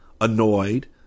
annoyed